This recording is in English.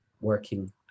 working